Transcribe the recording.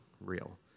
real